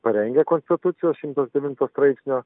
parengę konstitucijos šimtas devinto straipsnio